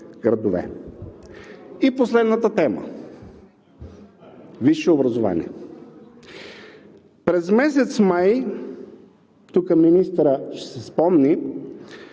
И последната тема: висше образование. През месец май – тук министърът ще си спомни,